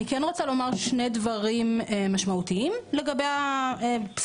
אני כן רוצה לומר שני דברים משמעותיים לגבי הבשורה